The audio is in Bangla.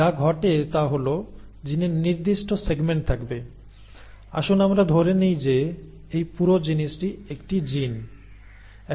যা ঘটে তা হল জিনের নির্দিষ্ট সেগমেন্ট থাকবে আসুন আমরা ধরে নেই যে এই পুরো জিনিসটি একটি জিন